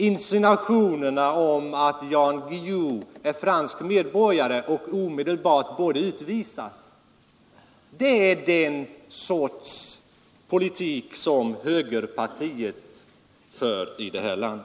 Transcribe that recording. Insinuationen om att Jan Guillou är fransk medborgare och därför omedelbart borde utvisas ingår i den sorts politik som moderata samlingspartiet för i detta land.